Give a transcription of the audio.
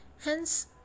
hence